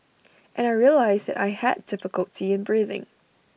and I realised that I had difficulty in breathing